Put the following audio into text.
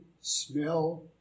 smell